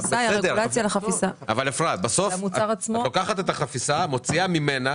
אבל בסוף את לוקחת את החפיסה, מוציאה ממנה